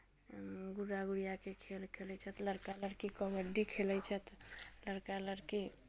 गुड्डा गुड़ियाके खेल खेलैत छथि लड़का लड़की कबड्डी खेलैत छथि लड़का लड़की